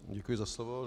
Děkuji za slovo.